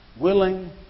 willing